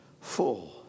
full